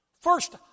first